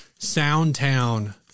Soundtown